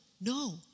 no